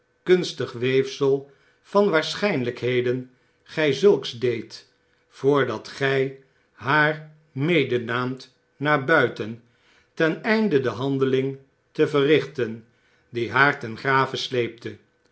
wellkunstig weefsel van waarschynlijkheden gy zulks deedt voordat gy haar medenaamt naar buiten ten einde de handeling te verrichten die haar ten grave sleepte